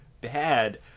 bad